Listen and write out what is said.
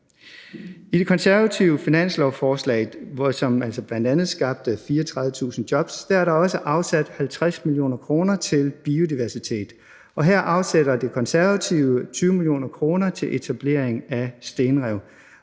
I det konservative finanslovsforslag, som bl.a. skabte 34.000 jobs, er der også afsat 50 mio. kr. til biodiversitet, og her afsætter De Konservative 20 mio. kr. til etablering af stenrev.